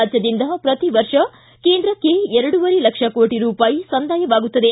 ರಾಜ್ಯದಿಂದ ಪ್ರತಿ ವರ್ಷ ಕೇಂದ್ರಕ್ಕೆ ಎರಡುವರೆ ಲಕ್ಷ ಕೋಟ ರೂಪಾಯಿ ಸಂದಾಯವಾಗುತ್ತದೆ